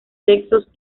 sexos